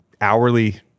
hourly